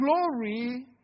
glory